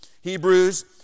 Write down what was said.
Hebrews